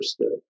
understood